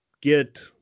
get